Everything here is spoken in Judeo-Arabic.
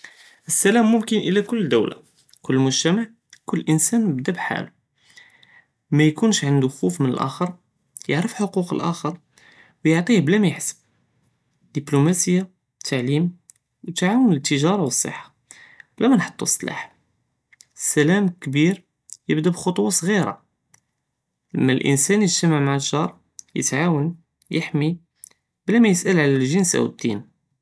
א-סלאם מומכן א-לה קול דולה, קול מוג'תמע, קול אינסאן יבדא כחאלו, מא יכונש ענדו כופ מן האחר, יערף חוקים דיאל האחר, ו יעטיה בלא מא יתחסב, דיפלומאסיה, תעלים, ו תעאונ אלתיג'ארה ו אססחה, בלא מא נהטו אססלאח, סלאם כביר יבדא בכותבה ס'עירה, מן אלאנסן יג'תמע מע אלגאר, יתעאונ, יחמי, בלא מא יסתעל על אלג'נס או אד'דין.